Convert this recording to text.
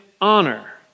honor